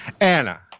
Anna